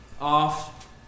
off